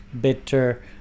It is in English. bitter